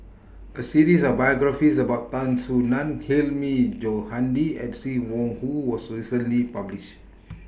A series of biographies about Tan Soo NAN Hilmi Johandi and SIM Wong Hoo was recently published